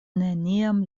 neniam